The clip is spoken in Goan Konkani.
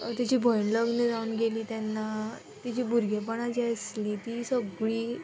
तेची भयण लग्न जावन गेली तेन्ना तेजी भुरगेंपणां जीं आसलीं तीं सगळीं